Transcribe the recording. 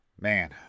Man